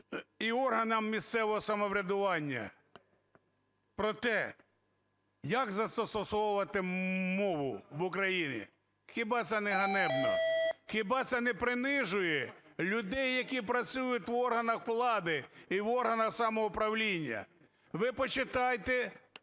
і органам місцевого самоврядування про те, як застосовувати мову в Україні. Хіба це не ганебно? Хіба це не принижує людей, які працюють в органах влади і в органах самоуправління? Ви почитайте